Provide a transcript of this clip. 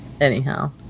Anyhow